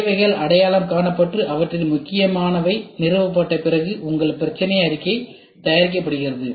தேவைகள் அடையாளம் காணப்பட்டு அவற்றின் முக்கியமானவை நிறுவப்பட்ட பிறகு உங்கள் பிரச்சினை அறிக்கை தயாரிக்கப்படுகிறது